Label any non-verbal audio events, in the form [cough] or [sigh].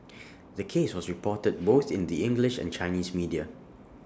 [noise] the case was reported both in the English and Chinese media